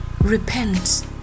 repent